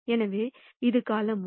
எனவே இது காலம் 1